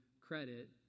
credit